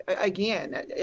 Again